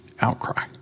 outcry